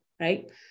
Right